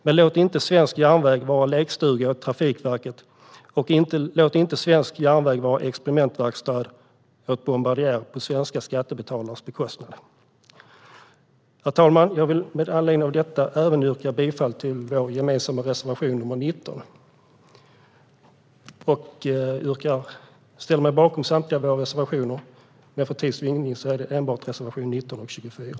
Men låt inte svensk järnväg vara lekstuga åt Trafikverket! Och låt inte svensk järnväg vara experimentverkstad åt Bombardier på svenska skattebetalares bekostnad! Herr talman! Jag vill med anledning av detta även yrka bifall till vår gemensamma reservation nr 19. Jag ställer mig bakom samtliga våra reservationer. Men för tids vinnande yrkar jag bifall enbart till reservationerna 19 och 24.